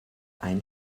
ein